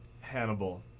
Hannibal